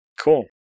Cool